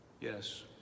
Yes